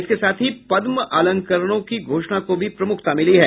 इसके साथ ही पद्म अलंकरणों की घोषणा को भी प्रमुखता मिली है